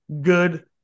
good